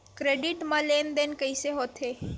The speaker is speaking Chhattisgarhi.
क्रेडिट मा लेन देन कइसे होथे?